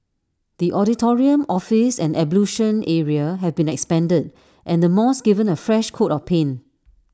the auditorium office and ablution area have been expanded and the mosque given A fresh coat of paint